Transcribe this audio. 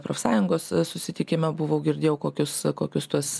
profsąjungos susitikime buvau girdėjau kokius kokius tuos